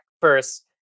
first